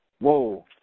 Whoa